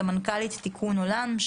סמנ"כלית תיקון עולם,